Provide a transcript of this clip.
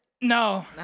No